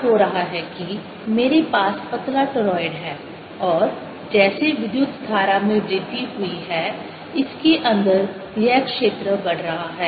क्या हो रहा है कि मेरे पास पतला टोरॉइड है और जैसे विद्युत धारा में वृद्धि हुई है इसके अंदर यह क्षेत्र बढ़ रहा है